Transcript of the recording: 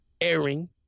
airing